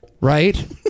right